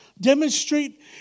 demonstrate